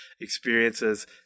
experiences